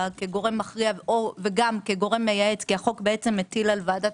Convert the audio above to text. כגורם מכריע או וגם כגורם מייעץ כי החוק מטיל על ועדת